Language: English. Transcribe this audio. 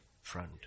front